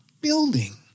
building